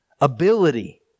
ability